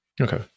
Okay